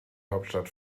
hauptstadt